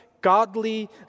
godly